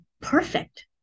perfect